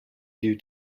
due